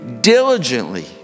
diligently